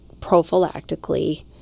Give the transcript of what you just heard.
prophylactically